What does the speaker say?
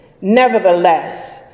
Nevertheless